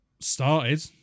started